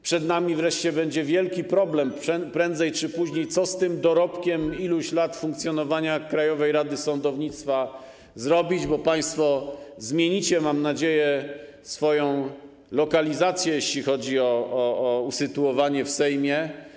Przed nami wreszcie będzie wielki problem, prędzej czy później, co z tym dorobkiem iluś lat funkcjonowania Krajowej Rady Sądownictwa zrobić, bo państwo zmienicie, mam nadzieję, swoją lokalizację, jeśli chodzi o usytuowanie w Sejmie.